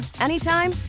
anytime